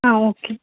okay